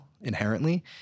inherently